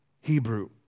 Hebrew